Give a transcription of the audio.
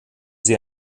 sie